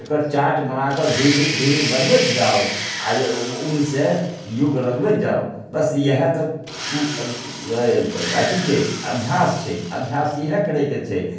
एकर chart बनाकऽ धीरे धीरे बढ़बैत जाउ आओर उनसे योग लगबैत जाउ बस इएह तऽ अथी छै अभ्यास छै अभ्यास इएह करयके छै